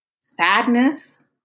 sadness